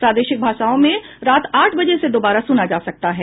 प्रादेशिक भाषाओं में रात आठ बजे इसे दोबारा सुना जा सकता है